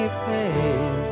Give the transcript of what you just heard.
pain